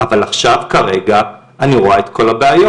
אבל עכשיו כרגע אני רואה את כל הבעיות.